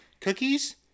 Cookies